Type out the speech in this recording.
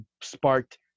sparked